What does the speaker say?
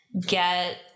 get